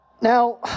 Now